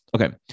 Okay